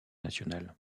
national